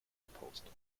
gepostet